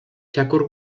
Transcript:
txakur